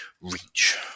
reach